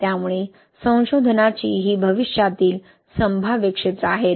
त्यामुळे संशोधनाची ही भविष्यातील संभाव्य क्षेत्रे आहेत